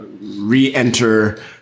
re-enter